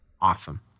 Awesome